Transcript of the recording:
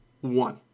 one